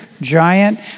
giant